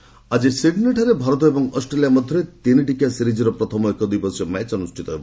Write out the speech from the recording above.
cricket ଆକି ସିଡ୍ନୀଠାରେ ଭାରତ ଏବଂ ଅଷ୍ଟ୍ରେଲିଆ ମଧ୍ୟରେ ତିନିଟିକିଆ ସିରିକ୍ର ପ୍ରଥମ ଏକଦିବସୀୟ ମ୍ୟାଚ୍ ଅନୁଷ୍ଠିତ ହେବ